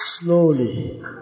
Slowly